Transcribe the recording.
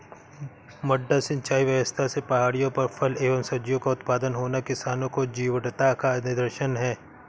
मड्डा सिंचाई व्यवस्था से पहाड़ियों पर फल एवं सब्जियों का उत्पादन होना किसानों की जीवटता का निदर्शन है